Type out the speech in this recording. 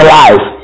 life